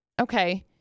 Okay